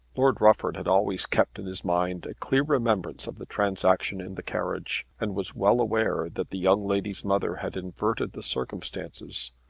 lord rufford had always kept in his mind a clear remembrance of the transaction in the carriage, and was well aware that the young lady's mother had inverted the circumstances,